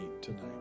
tonight